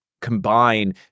combine